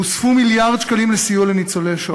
הוספו מיליארד שקלים לסיוע לניצולי השואה.